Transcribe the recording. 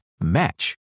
match